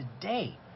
today